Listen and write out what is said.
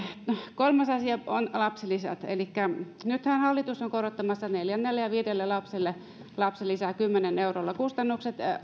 kolmas asia on lapsilisät elikkä nythän hallitus on korottamassa neljännen ja viidennen lapsen lapsilisää kymmenellä eurolla kustannukset